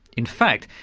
in fact,